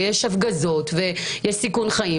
הפגזות וסיכון חיים.